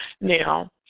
Now